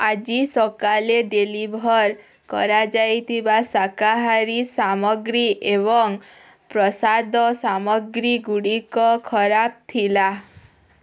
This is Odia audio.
ଆଜି ସକାଳେ ଡେଲିଭର୍ କରାଯାଇଥିବା ଶାକାହାରୀ ସାମଗ୍ରୀ ଏବଂ ପ୍ରସାଧନ ସାମଗ୍ରୀଗୁଡ଼ିକ ଖରାପ ଥିଲା